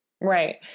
right